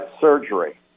surgery